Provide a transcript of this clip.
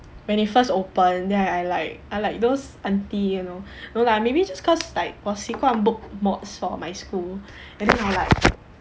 when it first opened then I like I like those aunty you know no lah maybe just cause like 我习惯 book mods for my school then I like